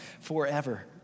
forever